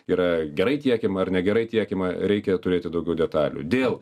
yra gerai tiekiamą ar negerai tiekiamą reikia turėti daugiau detalių dėl